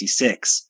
1966